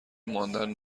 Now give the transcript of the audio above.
ماندن